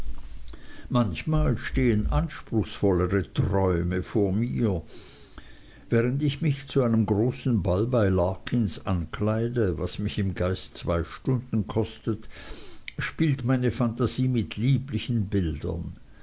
manchmal stehen anspruchsvollere träume vor mir während ich mich zu einem großen ball bei larkins ankleide was mich im geist zwei stunden kostet spielt meine phantasie mit lieblichen bildern